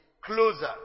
closer